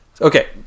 Okay